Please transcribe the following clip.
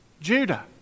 Judah